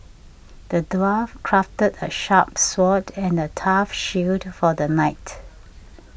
the dwarf crafted a sharp sword and a tough shield for the knight